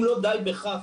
אם לא די בכך,